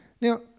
Now